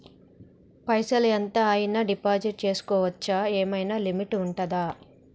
పైసల్ ఎంత అయినా డిపాజిట్ చేస్కోవచ్చా? ఏమైనా లిమిట్ ఉంటదా?